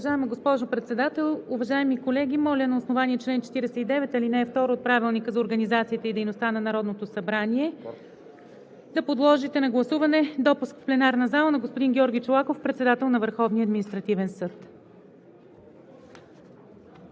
подложите на гласуване допуск в пленарната зала на господин Георги Чолаков – председател на